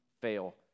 fail